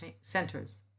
centers—